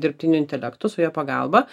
dirbtiniu intelektu su jo pagalba